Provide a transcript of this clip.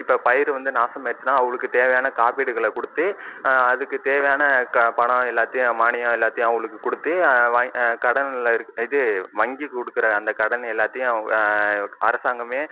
இப்போ பயிர் வந்து நாசமாயிடுச்சின்னா அவங்குளுக்கு தேவையான காப்பீடுகளை கொடுத்து அதுக்கு தேவையான பணம் எல்லாத்தையும் மானியம் எல்லாத்தையும் அவங்குளுக்கு கொடுத்து வாங் கடனில் இருக் இது வங்கி கொடுக்குற அந்த கடன் எல்லாத்தையும் அவங்க அரசாங்கமே